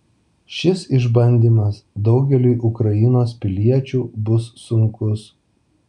šis išbandymas daugeliui ukrainos piliečių bus sunkus